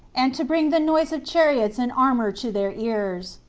and to bring the noise of chariots and armor to their ears,